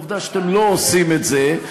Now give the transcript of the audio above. ועובדה שאתם לא עושים את זה.